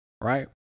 Right